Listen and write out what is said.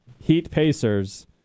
Heat-Pacers